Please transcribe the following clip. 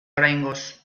oraingoz